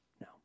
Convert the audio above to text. no